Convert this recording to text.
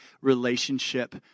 relationship